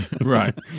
right